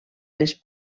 les